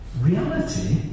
reality